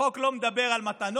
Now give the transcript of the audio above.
החוק לא מדבר על מתנות,